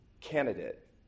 candidate